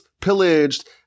pillaged